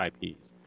IPs